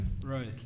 Right